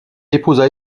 épousa